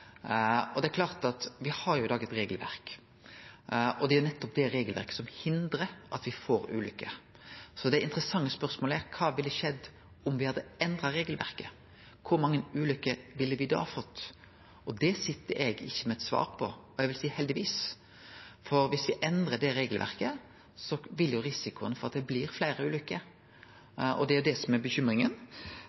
har i dag eit regelverk, og det er nettopp det regelverket som hindrar at me får ulykker. Så det interessante spørsmålet er: Kva ville skjedd om me hadde endra regelverket? Kor mange ulykker ville me da fått? Det sit ikkje eg med eit svar på. Og eg vil seie heldigvis, for viss me endrar det regelverket, vil jo risikoen for at det blir fleire ulykker, auke, og det er det som er bekymringa.